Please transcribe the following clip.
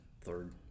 third